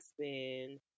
spend